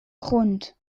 grund